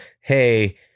hey